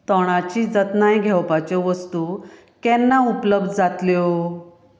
तोणाची जतनाय घेवपाच्यो वस्तू केन्ना उपलब्ध जातल्यो